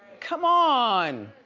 come on.